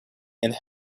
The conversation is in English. and